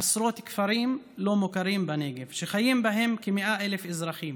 עשרות כפרים לא מוכרים בנגב שחיים בהם כ-100,000 אזרחים